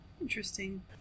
interesting